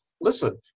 listen